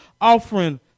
offering